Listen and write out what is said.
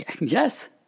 Yes